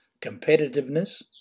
competitiveness